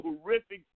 horrific